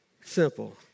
Simple